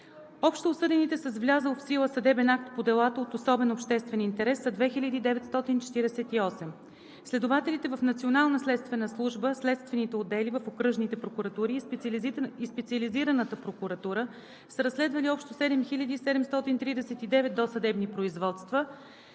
Общо осъдените с влязъл в сила съдебен акт по делата от особен обществен интерес са 2948. Следователите в Национална следствена служба, следствените отдели в окръжните прокуратури и Специализираната прокуратура са разследвали общо 7739 досъдебни производства,